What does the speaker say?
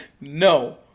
no